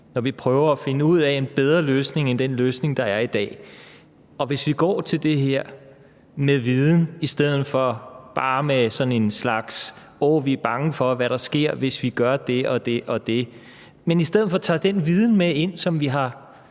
når vi prøver at finde en bedre løsning end den løsning, der er i dag. Og hvis vi går til det her med viden i stedet for bare at sige, at man er bange for, hvad der sker, hvis man gør det og det, men altså i stedet for tager den viden med ind, som vi har